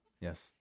Yes